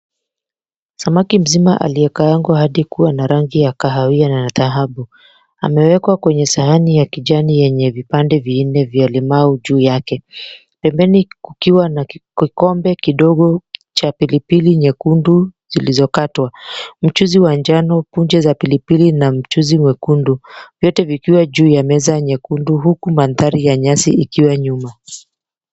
Samaki mzima aliyekaangwa hadi kuwa na rangi ya kahawia na dhahabu amewekwa kwenye sahani ya kijani yenye vipande vinne vya limau juu yake pembeni, kukiwa na kikombe kidogo cha pilipili nyekundu zilizokatwa mchuuzi wa njano, punje za pilipili na mchuuzi mwekundu vyote vikiwa juu ya meza nyekundu huku mandhari ya nyasi ikiwa nyuma.